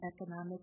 economic